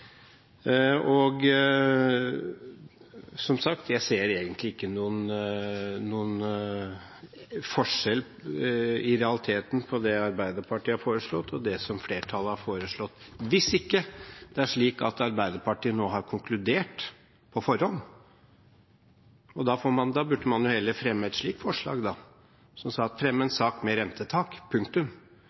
Som sagt ser jeg i realiteten egentlig ingen forskjell på det Arbeiderpartiet har foreslått, og det flertallet har foreslått, hvis ikke det er slik at Arbeiderpartiet nå har konkludert på forhånd. Da burde man heller fremme et slikt forslag – fremme en sak med rentetak, punktum.